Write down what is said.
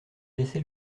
laisser